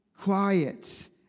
quiet